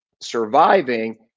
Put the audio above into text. surviving